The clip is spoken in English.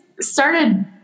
started